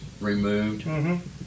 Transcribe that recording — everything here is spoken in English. removed